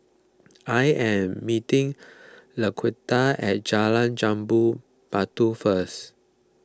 I am meeting Laquita at Jalan Jambu Batu first